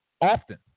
often